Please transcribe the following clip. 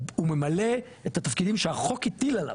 הוא ממלא את התפקידים שהחוק הטיל עליו.